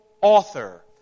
author